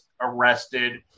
arrested